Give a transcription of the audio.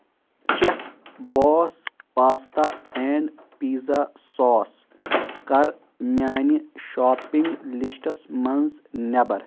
chef boss pasta and pizza sauce کَر میانہِ shopping lists منٛز نٮ۪بر